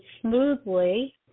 smoothly